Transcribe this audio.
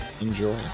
Enjoy